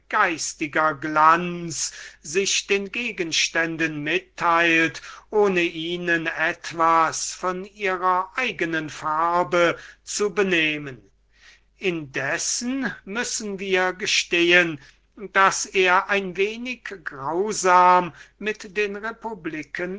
geistiger glanz sich den gegenständen mitteilt ohne ihnen etwas von ihrer eigenen gestalt und farbe zu benehmen indessen müssen wir gestehen daß er ein wenig grausam mit den republiken